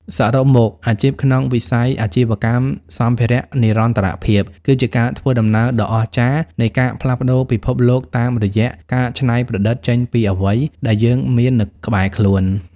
សរុបមក អាជីពក្នុងវិស័យ អាជីវកម្មសម្ភារៈនិរន្តរភាពគឺជាការធ្វើដំណើរដ៏អស្ចារ្យនៃការផ្លាស់ប្តូរពិភពលោកតាមរយៈការច្នៃប្រឌិតចេញពីអ្វីដែលយើងមាននៅក្បែរខ្លួន។